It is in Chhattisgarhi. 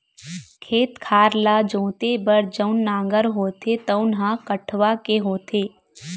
खेत खार ल जोते बर जउन नांगर होथे तउन ह कठवा के होथे